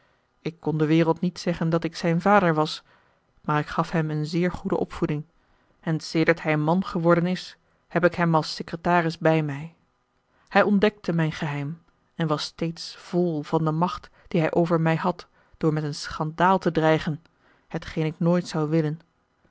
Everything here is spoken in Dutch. ik kon de wereld niet zeggen dat ik zijn vader was maar ik gaf hem een zeer goede opvoeding en sedert hij man geworden is heb ik hem als secretaris bij mij hij ontdekte mijn geheim en was steeds vol van de macht die hij over mij had door met een schandaal te dreigen hetgeen ik nooit zou willen